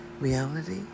reality